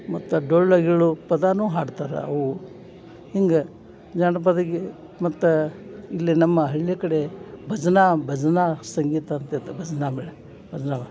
ಮತ್ತು ಡೊಳ್ಳು ಗಿಳ್ಳು ಪದಾನೂ ಹಾಡ್ತಾರೆ ಅವು ಹಿಂಗೆ ಜಾನಪದ ಗಿ ಮತ್ತು ಇಲ್ಲಿ ನಮ್ಮ ಹಳ್ಳಿ ಕಡೆ ಭಜನಾ ಭಜನಾ ಸಂಗೀತ ಅಂತ ಇರ್ತದೆ ಭಜನಾ ಮೇಳ ಭಜನಾವ